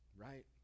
right